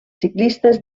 ciclistes